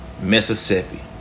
Mississippi